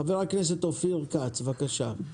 חבר הכנסת אופיר כץ, בבקשה.